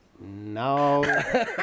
no